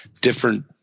different